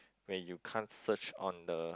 where you can't search on the